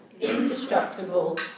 indestructible